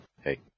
Hey